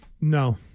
No